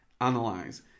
Analyze